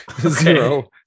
Zero